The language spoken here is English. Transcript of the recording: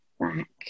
back